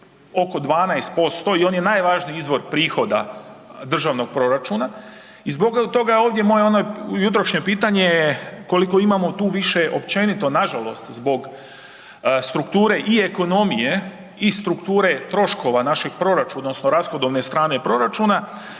I zbog toga je ovdje moje jutrošnje pitanje koliko imamo tu više općenito, nažalost, zbog strukture ekonomije i strukture troškova našeg proračuna odnosno rashodovne strane proračuna